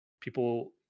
people